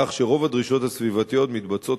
כך שרוב הדרישות הסביבתיות מתבצעות